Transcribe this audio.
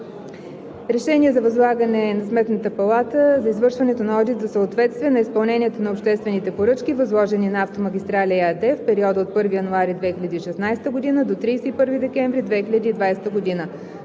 РЕШЕНИЕ за възлагане на Сметната палата извършването на одит за съответствие на изпълнението на обществените поръчки, възложени на „Автомагистрали“ ЕАД в периода от 1 януари 2016 г. до 31 декември 2020 г.